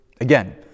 Again